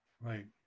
Right